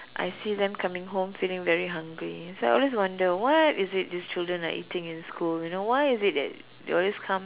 I see them coming home feeling very hungry so I always wonder what is it these children are eating in school you know why is it that they always come